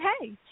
hey